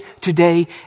today